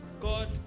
god